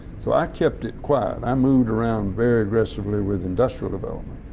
so i kept it quiet. i moved around very aggressively with industrial development,